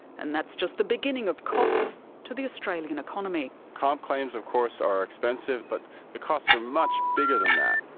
and that's just the beginning of costs to the australian economy. comp claims of course are expensive, but the costs are much bigger than that.